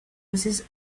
veces